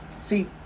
See